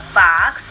box